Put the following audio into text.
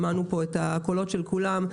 שמענו כאן את הקולות של כולם,